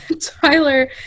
tyler